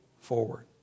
forward